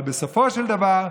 אבל בסופו של דבר בלעם,